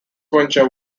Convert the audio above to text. venture